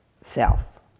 self